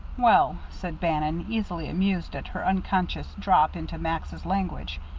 well, said bannon, easily, amused at her unconscious drop into max's language,